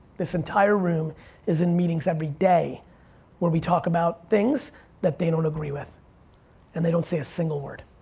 this entire room is in meetings every day where we talk about things that they don't agree with and they don't say a single word.